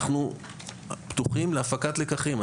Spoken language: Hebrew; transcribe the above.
אנחנו פתוחים להפקת לקחים.